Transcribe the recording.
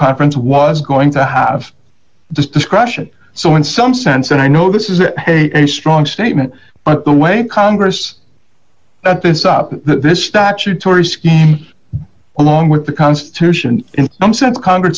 conference was going to have this discretion so in some sense and i know this is a strong statement but the way congress at this up this statutory scheme along with the constitution in some sense congress